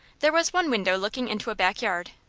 there was one window looking into a back yard,